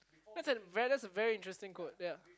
that's a very that's a very interesting quote yea